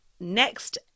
next